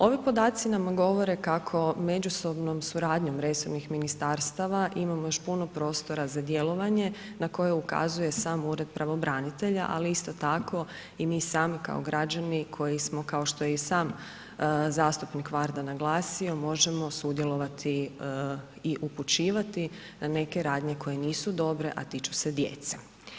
Ovi podaci nam govore kako međusobnom suradnjom resornih ministarstava imamo još puno prostora za djelovanje na koje ukazuje sam Ured pravobranitelja ali isto tako i mi sami kao građani koji smo kao što je i sam zastupnik Varda naglasio, možemo sudjelovati i upućivati na neke radnje koje nisu dobre a tiču se djece.